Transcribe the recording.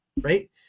right